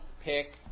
pick